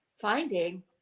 Finding